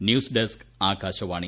news desk Akashvani